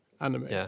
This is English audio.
anime